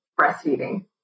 breastfeeding